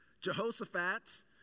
Jehoshaphat